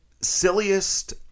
silliest